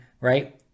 Right